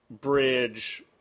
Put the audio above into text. bridge